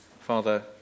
Father